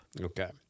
Okay